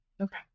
Okay